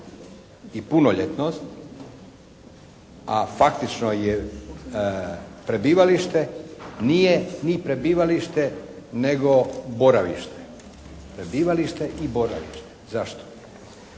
i punoljetnost, a faktično je prebivalište, nije ni prebivalište nego boravište. Prebivalište i boravište. Zašto?